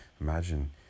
Imagine